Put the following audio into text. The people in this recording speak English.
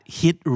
hit